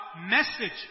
message